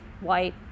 white